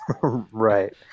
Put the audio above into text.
Right